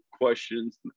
questions